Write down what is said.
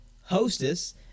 Hostess